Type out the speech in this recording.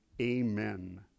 Amen